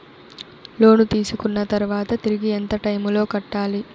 లోను తీసుకున్న తర్వాత తిరిగి ఎంత టైములో కట్టాలి